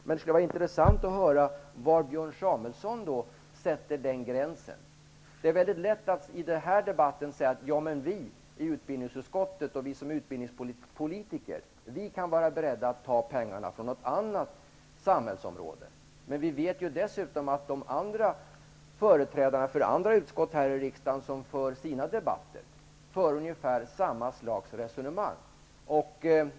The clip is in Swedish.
Men det skulle vara intressant att höra var Björn Samuelson sätter gränsen. Det är mycket lätt att i den här debatten säga att vi i utbildningsutskottet, och vi som är utbildningspolitiker, kan vara beredda att ta pengarna från något annat samhällsområde. Men vi vet ju att företrädarna för andra utskott här i riksdagen i sina debatter för ungefär samma slags resonemang.